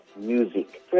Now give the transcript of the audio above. music